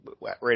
right